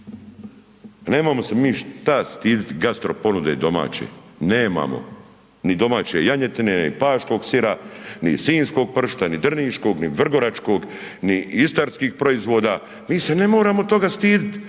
Nemamo se mi šta stidjeti gastro ponude domaće, nemamo ni domaće janjetine ni paškog sira ni sinjskog pršuta ni drniškog ni vrgoračkog ni istarskih proizvoda, mi se ne moramo toga stidjet,